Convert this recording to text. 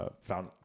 Found